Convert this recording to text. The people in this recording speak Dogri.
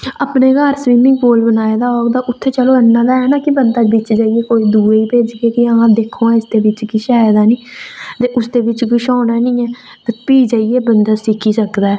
अपने घर स्विमिंग पूल बनाए दा होग ते चलो उत्थें इन्ना ते है ना बंदा कोई बिच्च जाइयै कुसै दूए गी भेजियै बिच्च जाइयै हां दिक्खो हां इस दे बिच्च किश ऐ ते निं ते उसदे बिच्च किश होना गै निं ऐ ते फ्ही जाइयै बंदा सिक्खा सकदा ऐ